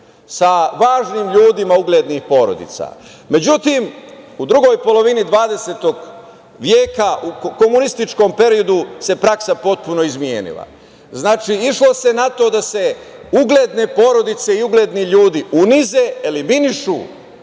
sa važnim ljudima uglednih porodica.Međutim, u drugoj polovini 20. veka, u komunističkom periodu se praksa potpuno izmenila. Išlo se na to da se ugledne porodice i ugledni ljudi unize, eliminišu